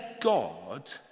God